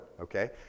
okay